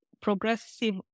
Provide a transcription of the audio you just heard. progressive